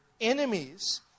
enemies